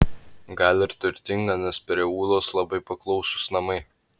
gal ir turtinga nes prie ūlos labai paklausūs namai